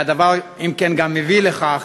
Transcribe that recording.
והדבר אם כן גם מביא לכך